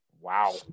Wow